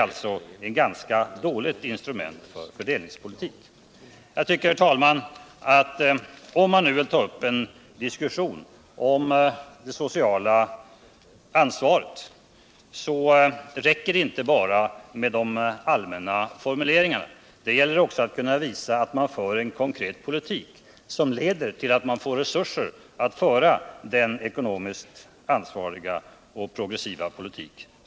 Om man nu vill ta upp en diskussion om det sociala ansvaret, herr talman, räcker det inte med bara allmänna formuleringar; det gäller också att kunna visa att man för en konkret politik som leder till resurser att föra en progressiv politik.